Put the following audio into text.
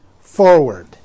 forward